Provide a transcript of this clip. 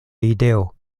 ideo